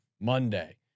Monday